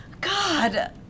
God